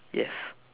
yes